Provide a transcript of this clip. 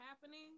happening